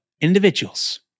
individuals